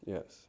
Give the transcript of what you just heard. Yes